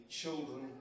children